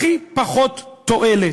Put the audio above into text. הכי פחות תועלת,